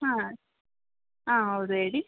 ಹಾಂ ಹಾಂ ಹೌದು ಹೇಳಿ